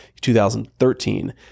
2013